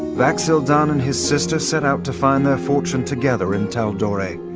vax'ildan and his sister set out to find their fortune together in tal'dorei.